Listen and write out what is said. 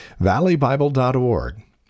ValleyBible.org